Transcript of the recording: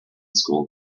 school